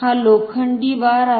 हा लोखंडी बार आहे